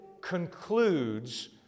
concludes